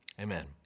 Amen